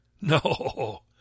no